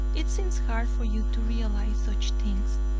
it seems hard for you to realize such things,